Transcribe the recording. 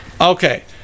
Okay